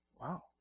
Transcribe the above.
Wow